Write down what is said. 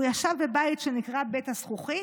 והוא ישב בבית שנקרא "בית הזכוכית",